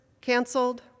canceled